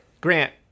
Grant